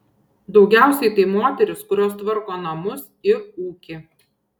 daugiausiai tai moterys kurios tvarko namus ir ūkį